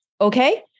okay